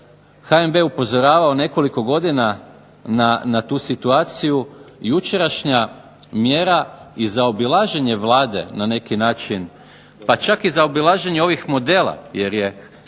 HNB upozoravao nekoliko godina na tu situaciju jučerašnja mjera i zaobilaženje Vlade na neki način, pa čak i zaobilaženje ovih modela, jer je